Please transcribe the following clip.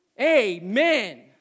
Amen